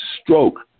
stroke